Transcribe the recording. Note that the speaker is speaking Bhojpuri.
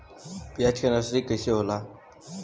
प्याज के नर्सरी कइसे होला?